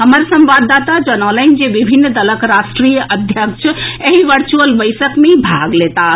हमर संवाददाता जनौलनि जे विभिन्न दलक राष्ट्रीय अध्यक्ष एहि वर्चुअल बैसक मे भाग लेताह